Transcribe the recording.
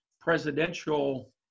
presidential